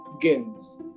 games